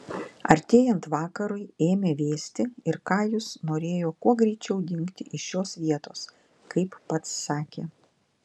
artėjant vakarui ėmė vėsti ir kajus norėjo kuo greičiau dingti iš šios vietos kaip pats sakė